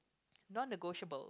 non negotiable